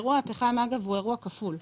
אירוע הפחם, אגב, הוא אירוע כפול.